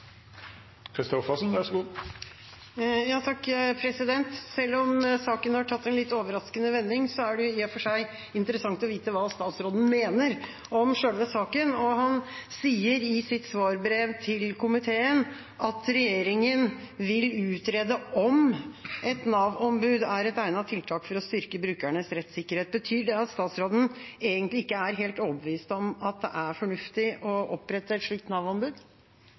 seg interessant å vite hva statsråden mener om selve saken. Han sier i sitt svarbrev til komiteen at regjeringen vil utrede om et Nav-ombud er et egnet tiltak for å styrke brukernes rettssikkerhet. Betyr det at statsråden egentlig ikke er helt overbevist om at det er fornuftig å opprette et slikt